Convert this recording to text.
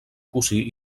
cosí